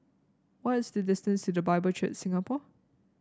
what is the distance to The Bible Church Singapore